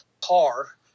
car